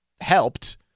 helped